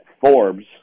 Forbes